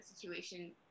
situation